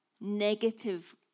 negative